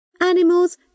Animals